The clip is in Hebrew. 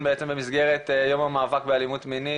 בעצם במסגרת יום המאבק באלימות מינית,